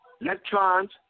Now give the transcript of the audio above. electrons